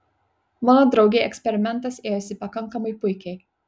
mano draugei eksperimentas ėjosi pakankamai puikiai